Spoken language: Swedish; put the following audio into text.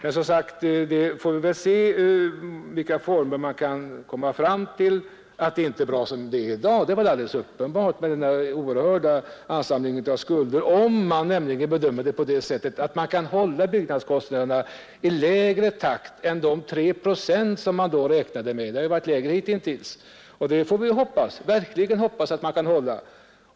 Vi får väl se vilka former vi kan finna — att det inte är bra som det är i dag med denna oerhörda ansamling av skulder är alldeles uppenbart, om man bedömer det så att man kan hålla ökningen av byggnadskostnaderna lägre än de 3 procent som man då räknade med — de har ju hittills varit lägre — och det får vi verkligen hoppas att man kan.